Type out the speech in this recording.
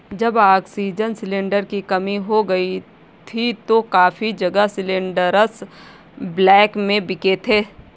जब oxygen cylinder की कमी हो गई थी तो काफी जगह सिलेंडरस ब्लैक में बिके थे